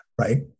right